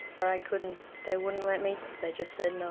but i couldn't, they wouldn't let me, they just said no.